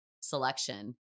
selection